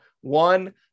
one